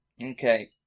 Okay